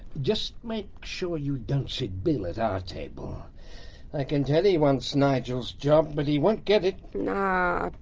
just make sure you don't sit bill at our table i can tell he wants nigel's job, but he won't get it! nah,